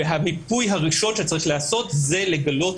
והמיפוי הראשון שצריך לעשות זה לגלות